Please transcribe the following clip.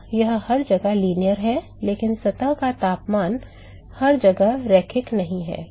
तो यह हर जगह रैखिक है लेकिन सतह का तापमान हर जगह रैखिक नहीं है